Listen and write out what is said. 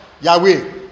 yahweh